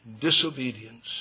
disobedience